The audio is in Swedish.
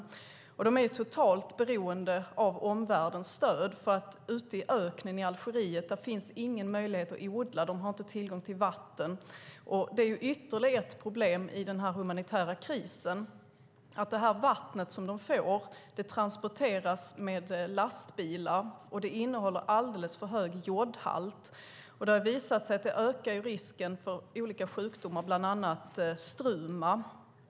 Flyktingarna är totalt beroende av omvärldens stöd. Ute i öknen i Algeriet finns ingen möjlighet att odla något. De har inte tillgång till vatten. Ytterligare ett problem i den humanitära krisen är att vattnet som de får transporteras med lastbilar och har alldeles för hög jodhalt. Det har visat sig att det ökar risken för olika sjukdomar, bland annat struma.